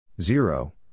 Zero